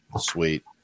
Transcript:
Sweet